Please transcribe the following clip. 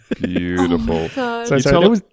Beautiful